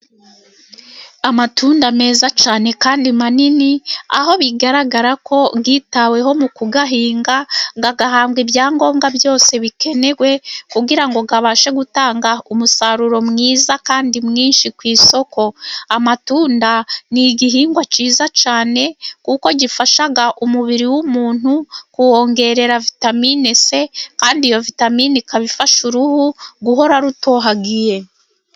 Amatunda meza cyane kandi manini, aho bigaragara ko yitaweho mu kuyahinga, agahabwa ibyangombwa byose bikenewe kugira ngo abashe gutanga umusaruro mwiza kandi mwinshi ku isoko, amatunda ni igihingwa kiza cyane kuko gifasha umubiri w'umuntu kuwongerera vitamine si, kandi iyo vitamini ikaba ifasha uruhu guhora rutohagiye.